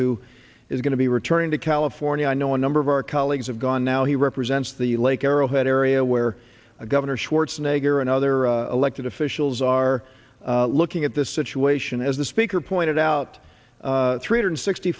who is going to be returning to california i know a number of our colleagues have gone now he represents the lake arrowhead area where governor schwarzenegger and other elected officials are looking at the situation as the speaker pointed out three hundred sixty